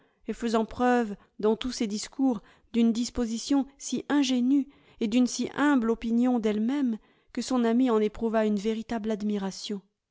et faisant preuve dans tous ses discours d'une disposition si ingénue et d'une si humble opinion d'elle-même que son amie en éprouva une véritable admiration